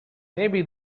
maybe